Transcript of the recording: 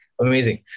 amazing